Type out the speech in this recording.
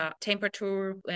temperature